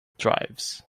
drives